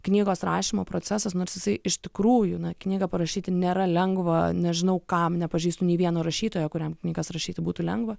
knygos rašymo procesas nors jisai iš tikrųjų na knygą parašyti nėra lengva nežinau kam nepažįstu nei vieno rašytojo kuriam knygas rašyti būtų lengva